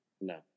No